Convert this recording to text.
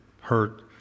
hurt